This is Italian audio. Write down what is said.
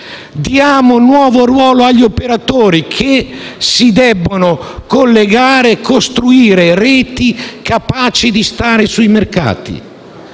Diamo un nuovo ruolo agli operatori che debbono costruire reti capaci di stare sui mercati